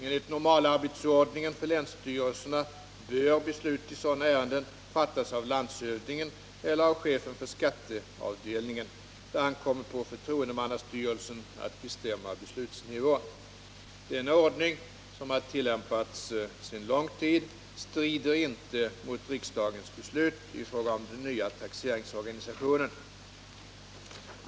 Enligt normalarbetsordningen för länsstyrelserna bör beslut i sådana ärenden fattas av landshövdingen eller av chefen för skatteavdelningen. Det ankommer på förtroendemannastyrelsen att bestämma beslutsnivån. Denna ordning, som har tillämpats sedan en lång tid tillbaka, strider inte mot riksdagens beslut i fråga om den nya taxeringsorganisationen.